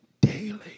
daily